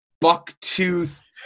buck-tooth